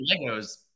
Legos